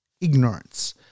ignorance